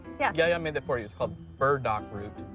yeah yaya made that for you. it's called burdock root.